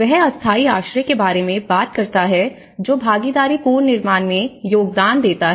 वह अस्थायी आश्रय के बारे में बात करता है जो भागीदारी पुनर्निर्माण में योगदान देता है